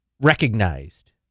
recognized